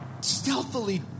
stealthily